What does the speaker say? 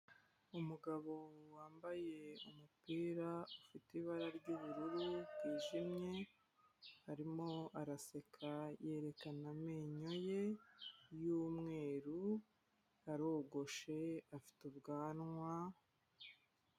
Umugabo wambaye umupira ufite ibara ry'ubururu bwijimye, arimo araseka yerekana amenyo ye y'umweru, arogoshe afite ubwanwa..